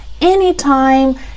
Anytime